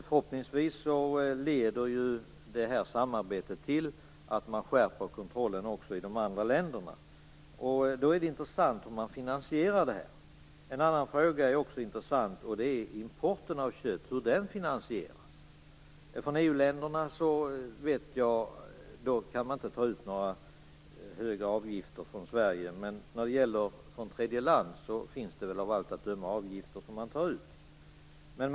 Förhoppningsvis leder detta samarbete till att man skärper kontrollen också i de andra länderna. Då är det intressant att veta hur man finansierar det. En annan fråga är också intressant. Det är frågan om hur importen av kött finansieras. Jag vet att EU länderna inte kan ta ut några höga avgifter från Sverige, men man tar av allt att döma ut avgifter från tredje land.